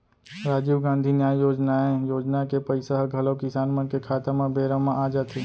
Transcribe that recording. राजीव गांधी न्याय योजनाए योजना के पइसा ह घलौ किसान मन के खाता म बेरा म आ जाथे